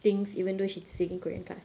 things even though she's taking korean class